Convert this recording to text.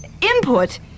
Input